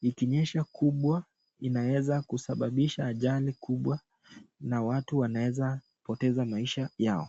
ikinyesha kubwa inaweza kusababisha ajali kubwa na watu wanaweza poteza maisha yao.